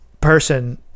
person